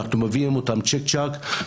אנחנו מביאים אותם צ'יק צ'ק.